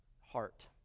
heart